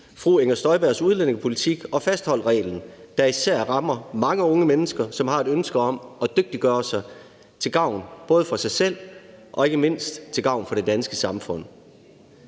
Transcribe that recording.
fru Inger Støjbergs udlændingepolitik og fastholdt reglen, der især rammer mange unge mennesker, som har et ønske om at dygtiggøre sig både til gavn for sig selv og ikke mindst til gavn for det danske samfund.